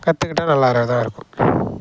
கற்றுக்கிட்டா நல்லா இருக்கும்